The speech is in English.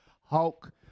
Hulk